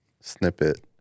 snippet